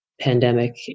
pandemic